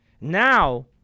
now